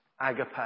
agape